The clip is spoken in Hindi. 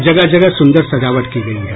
जगह जगह सुंदर सजावट की गयी है